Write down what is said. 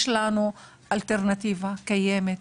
אז יש לנו אלטרנטיבה קיימת,